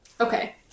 okay